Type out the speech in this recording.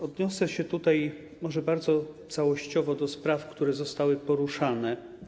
Odniosę się może bardzo całościowo do spraw, które zostały poruszone.